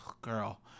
girl